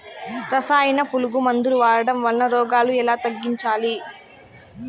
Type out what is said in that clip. రసాయన పులుగు మందులు వాడడం వలన రోగాలు ఎలా తగ్గించాలి?